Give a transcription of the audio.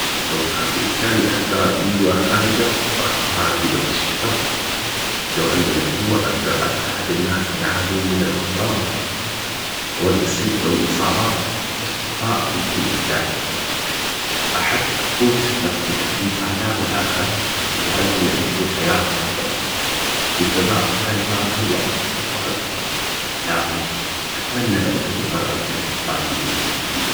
لو كان بامكاني اختار قوة خارقة اختار قدرة الشفاء. لو عندي هالقوة اقدر اساعد الناس اللي يعانون من الامراض. والاصابات الشفاء هو شيء اساسي. احب اكون سبب في تخفيف الام الاخرين. يجعلهم يعيشون حياة افضل القضاء على المرض هو اقوى اقوى احلامي. اتمنى لو امتلك هذه القوة